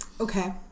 okay